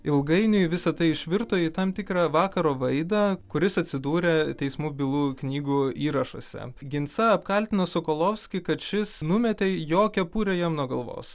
ilgainiui visa tai išvirto į tam tikrą vakaro vaidą kuris atsidūrė teismų bylų knygų įrašuose ginsa apkaltino sokolovskį kad šis numetė jo kepurę jam nuo galvos